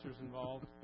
involved